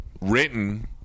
written